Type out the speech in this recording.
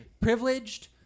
Privileged